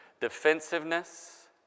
Defensiveness